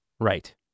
Right